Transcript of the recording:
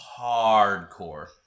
hardcore